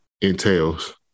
entails